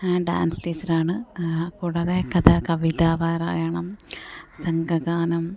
dance ടീച്ചറാണ് കൂടാതെ കഥാ കവിതാ പാരായണം സംഘഗാനം